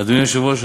אדוני היושב-ראש,